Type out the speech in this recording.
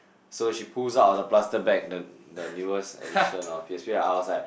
so she pulls out the plastic bag the the newest edition of P_S_P I was like